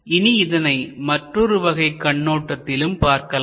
இனி இதனை மற்றொரு வகை கண்ணோட்டத்திலும் பார்க்கலாம்